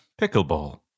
Pickleball